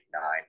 nine